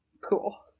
cool